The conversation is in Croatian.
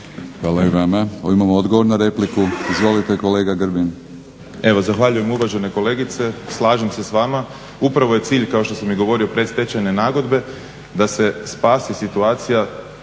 Hvala i vama. Imamo odgovor na repliku. Izvolite kolega Grbin.